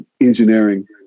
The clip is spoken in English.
engineering